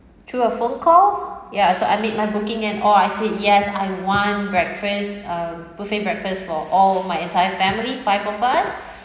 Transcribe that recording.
through a phone call ya so I made my booking and all I said yes I want breakfast um buffet breakfast for all my entire family five of us